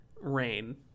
rain